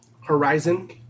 Horizon